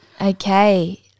Okay